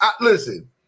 listen